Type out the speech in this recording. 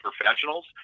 professionals